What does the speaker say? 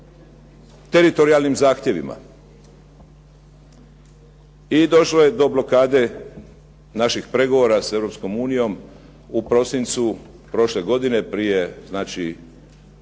teritorijalnim zahtjevima. I došlo je do blokade naših pregovora s Europskom unijom u prosincu prošle godine, prije znači